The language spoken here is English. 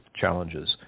challenges